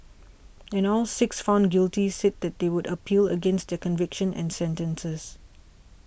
and all six found guilty said that they would appeal against their convictions and sentences